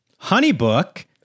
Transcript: HoneyBook